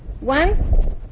One